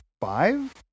five